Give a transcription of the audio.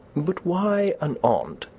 but why an aunt,